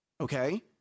Okay